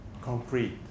concrete